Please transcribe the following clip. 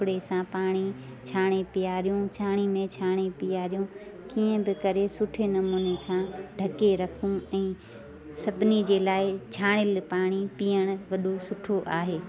कपिड़े सां पाणी छाणे पीआरियूं छाणी में छाणे पीआरियूं कीअं बि करे सुठे नमूने सां ढके रखूं ऐं सभिनी जे लाइ छाणियल पाणी पीअण वॾो सुठो आहे